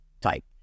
type